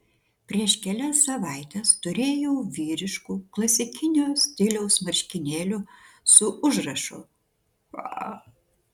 prieš kelias savaites turėjau vyriškų klasikinio stiliaus marškinėlių su užrašu fa